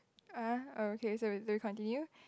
uh oh okay so we we'll continue